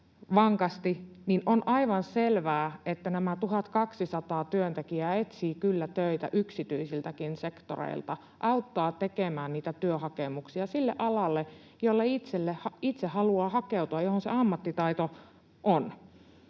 on aivan selvää, että nämä 1 200 työntekijää etsii kyllä töitä yksityisiltäkin sektoreilta, auttaa tekemään niitä työhakemuksia sille alalle, jolle itse haluaa hakeutua, johon se ammattitaito on.